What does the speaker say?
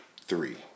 three